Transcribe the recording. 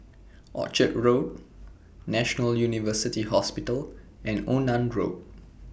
Orchard Road National University Hospital and Onan Road